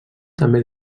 també